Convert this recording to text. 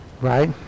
Right